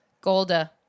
Golda